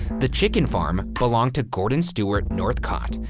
the chicken farm belonged to gordon stewart northcott.